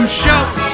shout